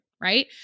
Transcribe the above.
right